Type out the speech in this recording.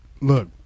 look